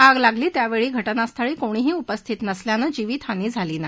आग लागली त्यावछी घटनास्थळी कोणीही उपस्थित नसल्यामुळळिवीतहानी झाली नाही